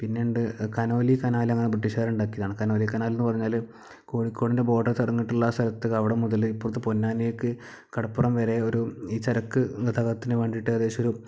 പിന്നെ ഉണ്ട് Conolly canal അങ്ങനെ ബ്രിട്ടീഷുകാര് ഉണ്ടാക്കിയതാണ് കനോലി കനാല് എന്ന് പറഞ്ഞാല് കോഴിക്കോടിൻ്റെ ബോർഡർ തുറന്നിട്ടുള്ള സ്ഥലത്ത് അവിടം മുതൽ പുതുപൊന്നാനിയിലേക്ക് കടപ്പുറം വരെ ഒരു ഈ ചരക്ക് ഗതാഗതത്തിന് വേണ്ടിയിട്ട് ഏകദേശം ഒരു